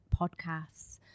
podcasts